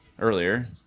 earlier